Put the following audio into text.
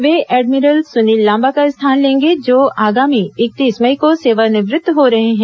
वे admiral Sunil Lamba का स्थान लेंगे जो आगामी इकतीस मई को सेवानिवृत हो रहे हैं